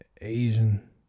Asian